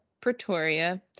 Pretoria